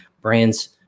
brands